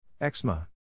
eczema